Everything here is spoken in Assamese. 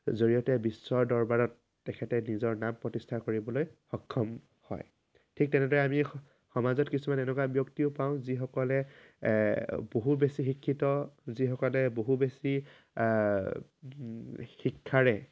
জৰিয়তে বিশ্বৰ দৰবাৰত তেখেতে নিজৰ নাম প্ৰতিষ্ঠা কৰিবলৈ সক্ষম হয় ঠিক তেনেদৰে আমি সমাজত কিছুমান এনেকুৱা ব্যক্তিও পাওঁ যিসকলে বহু বেছি শিক্ষিত যিসকলে বহু বেছি শিক্ষাৰে